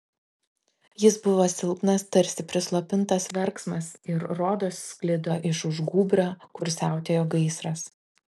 jis buvo silpnas tarsi prislopintas verksmas ir rodos sklido iš už gūbrio kur siautėjo gaisras